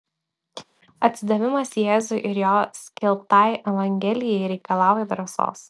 atsidavimas jėzui ir jo skelbtai evangelijai reikalauja drąsos